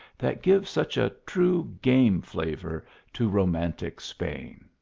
that give such a true game flavour to romantic spain!